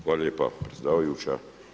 Hvala lijepa predsjedavajuća.